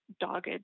dogged